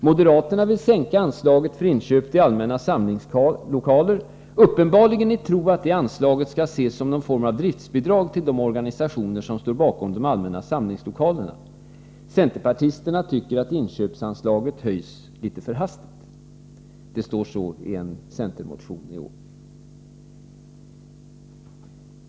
Moderaterna vill sänka anslaget för inköp till allmänna samlingslokaler — uppenbarligen i tron att anslaget skall ses som någon form av driftbidrag till de organisationer som står bakom de allmänna samlingslokalerna. Centerpartisterna tycker att inköpsanslaget höjs litet för hastigt — det står så i en centermotion i år.